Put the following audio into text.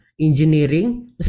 engineering